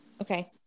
Okay